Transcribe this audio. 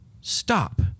stop